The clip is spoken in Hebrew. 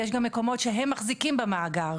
יש גם מקומות שהם מחזיקים במאגר.